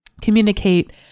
communicate